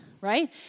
right